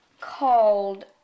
called